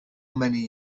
many